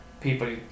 people